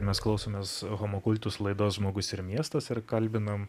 mes klausomės homo cultus laidos žmogus ir miestas ir kalbinam